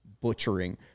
butchering